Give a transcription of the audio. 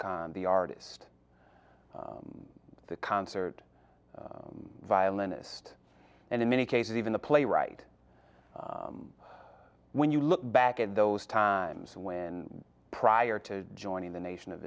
khan the artist the concert violinist and in many cases even the playwright when you look back at those times when prior to joining the nation of